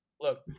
Look